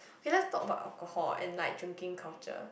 K lets talk about alcohol and like drinking culture